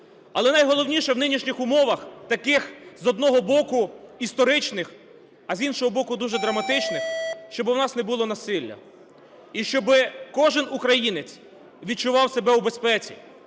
Але найголовніше в нинішніх умовах, таких, з одного боку, історичних, а з іншого боку, дуже драматичних, щоби в нас не було насилля. І щоби кожен українець відчував себе у безпеці,